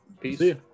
Peace